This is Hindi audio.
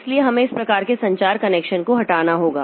इसलिए हमें इस प्रकार के संचार कनेक्शन को हटाना होगा